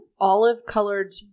olive-colored